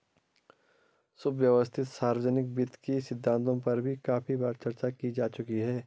सुव्यवस्थित सार्वजनिक वित्त के सिद्धांतों पर भी काफी बार चर्चा की जा चुकी है